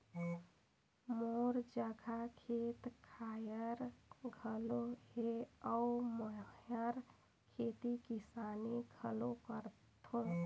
मोर जघा खेत खायर घलो हे अउ मेंहर खेती किसानी घलो करथों